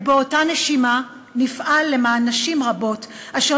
ובאותה נשימה נפעל למען נשים רבות אשר